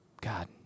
God